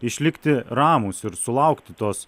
išlikti ramūs ir sulaukti tos